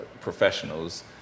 professionals